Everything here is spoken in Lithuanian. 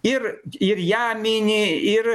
ir ir ją mini ir